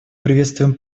приветствуем